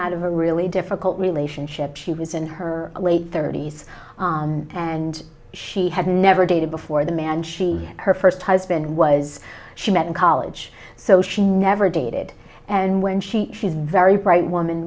out of a really difficult relationship she was in her late thirty's and she had never dated before the man she was her first husband was she met in college so she never dated and when she was very bright woman